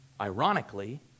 ironically